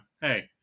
hey